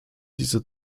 diese